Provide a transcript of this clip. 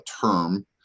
term